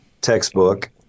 textbook